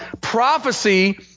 prophecy